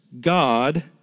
God